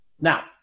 Now